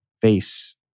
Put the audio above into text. face